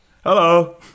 Hello